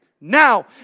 Now